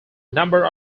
number